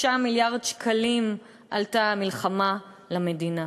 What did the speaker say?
6 מיליארד שקלים עלתה המלחמה למדינה.